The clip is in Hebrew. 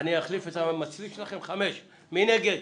מי נגד?